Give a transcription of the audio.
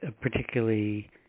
particularly